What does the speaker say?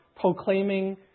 proclaiming